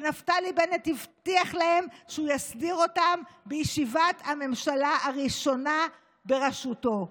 שנפתלי בנט הבטיח להם שהוא יסדיר אותם בישיבת הממשלה הראשונה בראשותו,